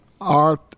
art